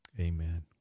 Amen